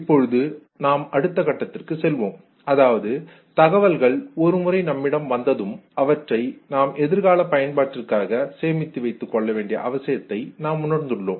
இப்பொழுது நாம் அடுத்த கட்டத்திற்கு செல்வோம் அதாவது தகவல்கள் ஒரு முறை நம்மிடம் வந்ததும் அவற்றை நாம் எதிர்கால பயன்பாட்டிற்காக சேமித்து வைத்துக் கொள்ள வேண்டிய அவசியத்தை நாம் உணர்ந்துள்ளோம்